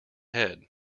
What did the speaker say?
head